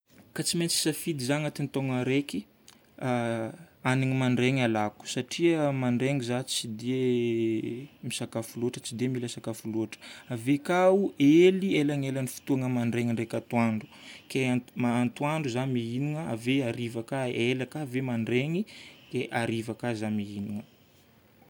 Ka tsy maintsy hisafidy za agnatign'ny taogno araiky: hanigny mandraigny alako satria amandraigny za tsy dia misakafo loatra, tsy dia mila sakafo loatra. Ave ka hely elanelan'ny fotoagna amandraigny ndraiky atoandro, ke antoandro za mihinagna ave hariva ka ela ka ave mandraigny, dia hariva ka za mihinagna.